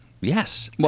Yes